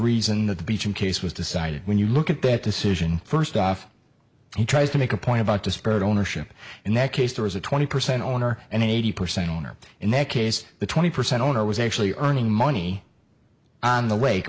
reason that the beach in case was decided when you look at that decision first off he tries to make a point about disparate ownership in that case there was a twenty percent owner and eighty percent owner in that case the twenty percent owner was actually earning money on the lake